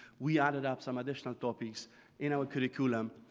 we added up some additional topics in our curriculum.